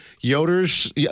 Yoder's